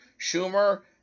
Schumer